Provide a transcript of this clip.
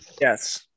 Yes